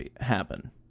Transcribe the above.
happen